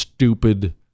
stupid